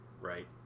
right